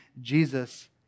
Jesus